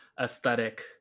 aesthetic